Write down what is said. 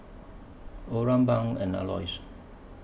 Oran Bunk and Aloys